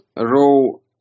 row